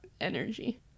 energy